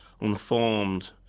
unformed